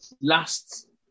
last